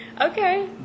okay